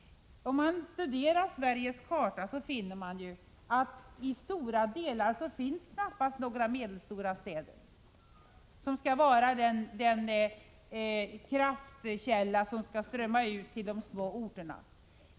Om man studerar Sveriges karta, finner man att det i stora delar av landet knappast finns några medelstora städer, vilka skall utgöra den kraftkälla som skall strömma ut till de små orterna.